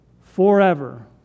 forever